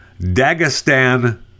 Dagestan